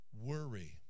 worry